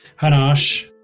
Hanash